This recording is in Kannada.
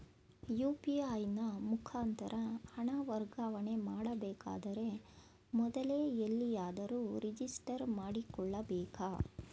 ಯು.ಪಿ.ಐ ನ ಮುಖಾಂತರ ಹಣ ವರ್ಗಾವಣೆ ಮಾಡಬೇಕಾದರೆ ಮೊದಲೇ ಎಲ್ಲಿಯಾದರೂ ರಿಜಿಸ್ಟರ್ ಮಾಡಿಕೊಳ್ಳಬೇಕಾ?